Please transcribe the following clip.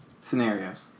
scenarios